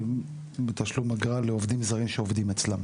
בתשלום אגרה לעובדים זרים שעובדים אצלם